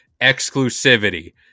Exclusivity